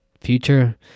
future